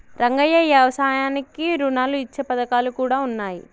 రంగయ్య యవసాయానికి రుణాలు ఇచ్చే పథకాలు కూడా ఉన్నాయి